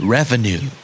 Revenue